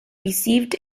received